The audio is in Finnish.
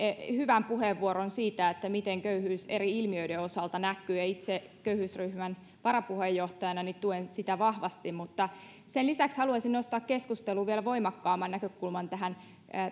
hyvän puheenvuoron siitä miten köyhyys eri ilmiöiden osalta näkyy ja itse köyhyysryhmän varapuheenjohtajana tuen sitä vahvasti mutta sen lisäksi haluaisin nostaa keskusteluun vielä voimakkaamman näkökulman tähän